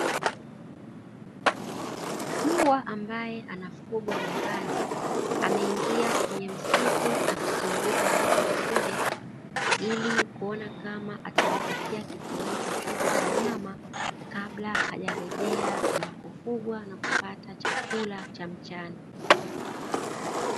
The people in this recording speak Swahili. Mbwa ambaye anafugwa nyumbani ameingia kwenye msitu akizunguka huku na kule, ili kuona kama atajipatia kitoweo chochote cha nyama kabla hajarejea anakofugwa, na kupata chakula cha mchana.